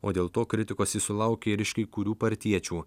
o dėl to kritikos ji sulaukė ir iš kai kurių partiečių